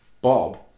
Bob